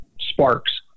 sparks